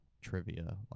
trivia